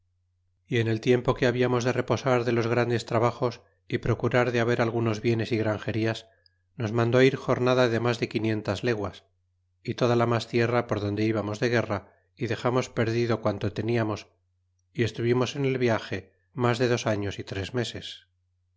y en el tiempo que habiamos de reposar de los grandes trabajos y procurar de haber algunos bienes y grangerias nos mandó ir jornada de mas de qui nientas leguas y toda la mas tierra por donde ibamos de guerra y dexamos perdido quanto teniamos y estuvimos en el viage mas de dos años y tres meses